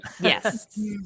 Yes